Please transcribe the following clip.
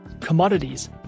commodities